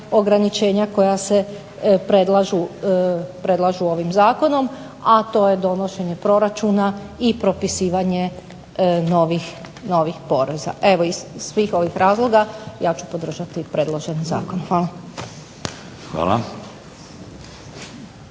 ograničenja koja se predlažu ovim zakonom, a to je donošenje proračuna i propisivanje novih poreza. Evo iz svih ovih razloga ja ću podržati predloženi zakon. Hvala.